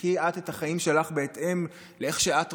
תחיי את את החיים שלך בהתאם לאיך שאת רוצה,